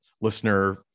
listener